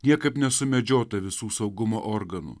niekaip nesumedžiota visų saugumo organų